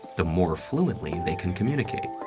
the more fluently they can communicate.